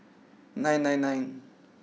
nine nine nine